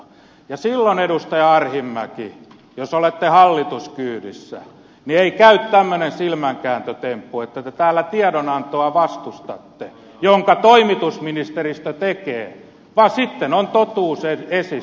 ja silloin edustaja arhinmäki jos olette hallituskyydissä ei käy tämmöinen silmänkääntötemppu että te täällä tiedonantoa vastustatte jonka toimitusministeristö tekee vaan sitten on totuus esissä